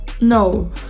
No